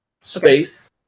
space